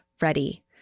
ready